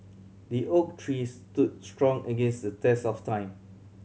the oak tree stood strong against the test of time